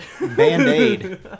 Band-Aid